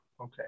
okay